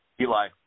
Eli